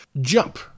jump